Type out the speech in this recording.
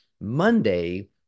Monday